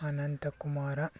Ananta Kumara